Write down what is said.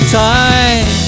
time